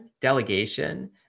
delegation